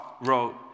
wrote